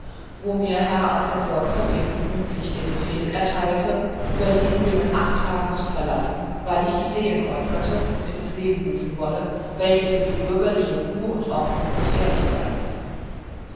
wo mir herr assessor köppin mündlich den befehl ertheilte berlin binnen acht tagen zu verlassen weil ich ideen geäußert und ins leben rufen wolle welche für die bürgerliche ruhe und ordnung gefährlich seien